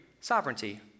sovereignty